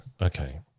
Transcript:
Okay